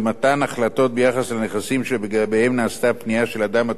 ביחס לנכסים שלגביהם נעשתה פנייה של אדם הטוען לזכות בנכס.